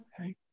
Okay